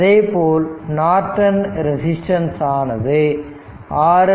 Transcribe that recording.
அதேபோல் Norton resistance ஆனது RN Voc iSC